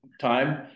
time